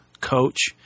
coach